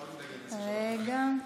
רגע.